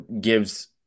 gives